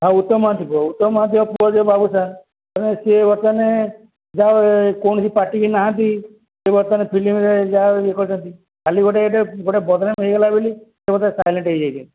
ହଁ ଉତ୍ତମ ମହାନ୍ତି ପୁଅ ଉତ୍ତମ ମହାନ୍ତି ପୁଅ ଯୋଉ ବାବୁସାନ୍ ସିଏ ବର୍ତ୍ତମାନ ଯାହାହେଉ କୌଣସି ପାର୍ଟି ବି ନାହାନ୍ତି ସେ ବର୍ତ୍ତମାନ ଫିଲ୍ମରେ ଯାହା ବି କରିଛନ୍ତି ଖାଲି ଗୋଟେ ଏଟା ଗୋଟେ ବଦ୍ନାମ୍ ହେଇଗଲା ବୋଲି ସେ ବର୍ତ୍ତମାନ ସାଇଲେଣ୍ଟ ହେଇଯାଇଛି